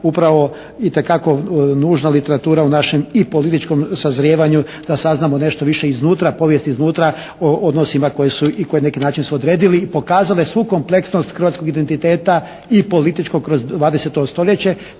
upravo itekako nužna literatura u našem i političkom sazrijevanju da saznamo nešto više iznutra, povijest iznutra o odnosima koji su, i na neki način su odredili i pokazale svu kompleksnost hrvatskog identiteta i političkog kroz 20. stoljeća